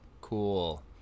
Cool